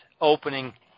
opening